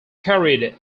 carried